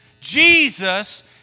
Jesus